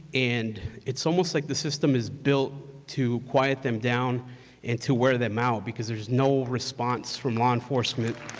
and it's almost like the system is built to quiet them down and to wear them out because there's no response from law enforcement.